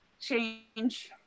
change